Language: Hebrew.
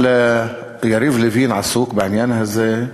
אבל יריב לוין עסוק בעניין הזה,